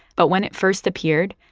but when it first appeared,